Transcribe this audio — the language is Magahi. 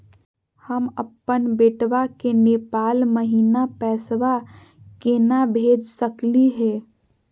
हम अपन बेटवा के नेपाल महिना पैसवा केना भेज सकली हे?